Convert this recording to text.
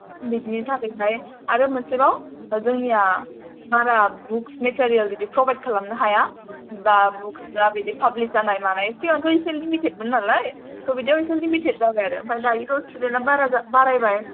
बिदिनि थाखायहाय आरो मोनसेबाव जोंनिया बारा बुक्स मेटेरियेल बिदि प्रभायड खालामनो हाया दा बुक्स आ बिदि पाब्लिश जानाय मानाय सिगांथ' इसे लिमिटेड मोन नालाय थ' बिदिआव इसे लिमिटेड जाबाय आरो ओमफ्राय दायो थ' स्टुडेन्ट आ बारा बारायबाय